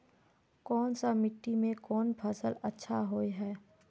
कोन सा मिट्टी में कोन फसल अच्छा होय है?